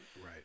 Right